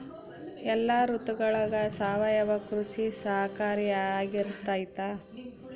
ಎಲ್ಲ ಋತುಗಳಗ ಸಾವಯವ ಕೃಷಿ ಸಹಕಾರಿಯಾಗಿರ್ತೈತಾ?